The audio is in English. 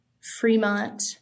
Fremont